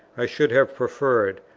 i should have preferred,